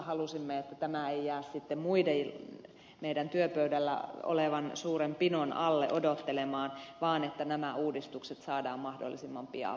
halusimme että tämä ei jää meidän työpöydillämme olevien suurten pinojen alle odottelemaan vaan että nämä uudistukset saadaan mahdollisimman pian voimaan